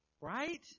Right